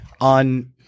on